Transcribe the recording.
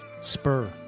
Spur